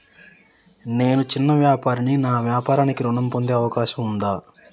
నేను చిన్న వ్యాపారిని నా వ్యాపారానికి ఋణం పొందే అవకాశం ఉందా?